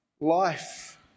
life